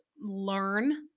learn